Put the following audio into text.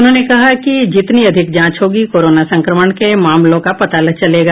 उन्होंने कहा कि जितनी अधिक जांच होगी कोरोना संक्रमण के मामलों का पता चलेगा